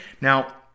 Now